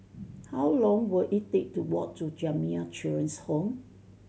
how long will it take to walk to Jamiyah Children's Home